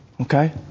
Okay